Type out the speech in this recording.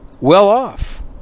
well-off